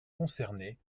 concernés